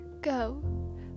Go